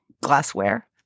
glassware